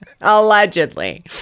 Allegedly